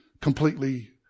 completely